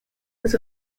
was